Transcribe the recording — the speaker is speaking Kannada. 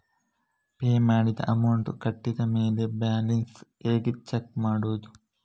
ಪೇ ಮಾಡಿದ ಅಮೌಂಟ್ ಕಟ್ಟಿದ ಮೇಲೆ ಬ್ಯಾಲೆನ್ಸ್ ಹೇಗೆ ಚೆಕ್ ಮಾಡುವುದು?